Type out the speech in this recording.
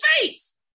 face